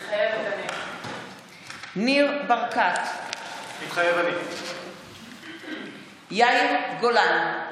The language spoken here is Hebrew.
מתחייבת אני ניר ברקת, מתחייב אני יאיר גולן,